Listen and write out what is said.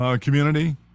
Community